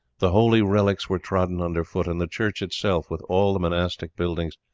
the holy relics were trodden under foot, and the church itself, with all the monastic buildings,